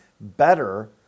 better